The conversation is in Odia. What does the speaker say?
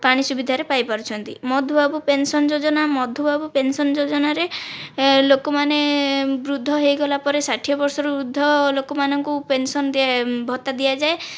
ପାଣି ସୁବିଧାରେ ପାଇ ପାରୁଛନ୍ତି ମଧୁବାବୁ ପେନସନ୍ ଯୋଜନା ମଧୁବାବୁ ପେନସନ୍ ଯୋଜନାରେ ଲୋକମାନେ ବୃଦ୍ଧ ହୋଇଗଲା ପରେ ଷାଠିଏ ବର୍ଷରୁ ଉର୍ଦ୍ଧ୍ଵ ଲୋକମାନଙ୍କୁ ପେନସନ୍ ଭତ୍ତା ଦିଆଯାଏ